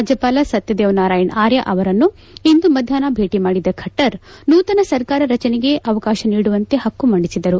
ರಾಜ್ಹಪಾಲ ಸತ್ಯದೇವ್ ನಾರಾಯಣ್ ಆರ್ಯ ಅವರನ್ನು ಇಂದು ಮಧ್ಯಾಷ್ನ ಭೇಟಿ ಮಾಡಿದ ಖಟ್ಟರ್ ನೂತನ ಸರ್ಕಾರ ರಚನೆಗೆ ಅವಕಾಶ ನೀಡುವಂತೆ ಹಕ್ಕು ಮಂಡಿಸಿದರು